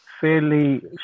fairly